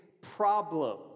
problem